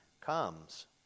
comes